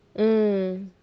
mm